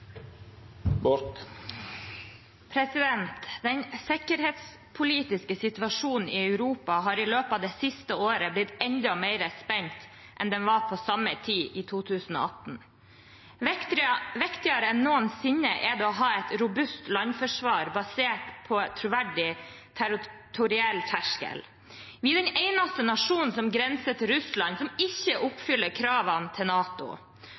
forslaget. Den sikkerhetspolitiske situasjonen i Europa har i løpet av det siste året blitt enda mer spent enn den var på samme tid i 2018. Viktigere enn noen sinne er det å ha et robust landforsvar basert på troverdig territoriell terskel. Vi er den eneste nasjonen som grenser til Russland som ikke oppfyller kravene til NATO.